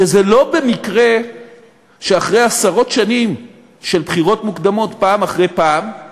שזה לא במקרה שאחרי עשרות שנים של בחירות מוקדמות פעם אחרי פעם,